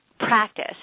Practice